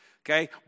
okay